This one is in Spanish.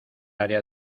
área